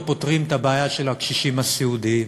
פותרים את הבעיה של הקשישים הסיעודיים,